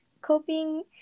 coping